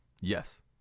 Yes